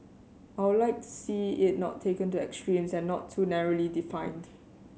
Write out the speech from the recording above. I'll like to see it not taken to extremes and not too narrowly defined